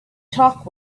talk